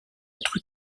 être